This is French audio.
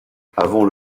avant